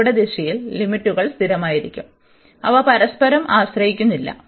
Y യുടെ ദിശയിൽ ലിമിറ്റുകൾ സ്ഥിരമായിരിക്കും അവ പരസ്പരം ആശ്രയിക്കുന്നില്ല